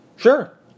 Sure